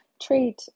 treat